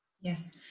yes